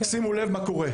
מה קורה: